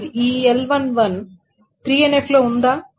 ఈ L11 3NF లో ఉందా